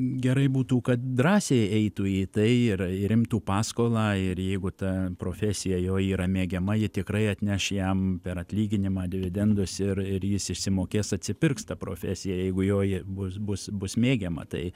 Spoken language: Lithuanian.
gerai būtų kad drąsiai eitų į tai ir ir imtų paskolą ir jeigu ta profesija jo yra mėgiama ji tikrai atneš jam per atlyginimą dividendus ir jis išsimokės atsipirks ta profesija jeigu joji bus bus bus mėgiama tai